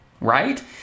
right